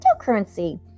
cryptocurrency